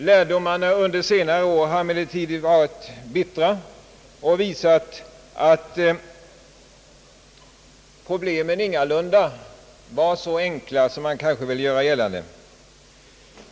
Lärdomarna under senare år har emellertid varit bittra och visat att problemen ingalunda är så enkla som man velat göra gällande.